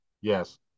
Yes